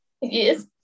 Yes